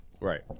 Right